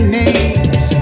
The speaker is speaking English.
names